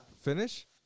Finish